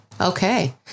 Okay